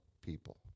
people